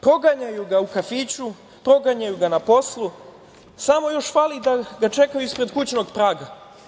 Proganjaju ga u kafiću, proganjaju ga na poslu, samo još fali da ga čekaju ispred kućnog praga.